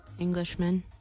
Englishmen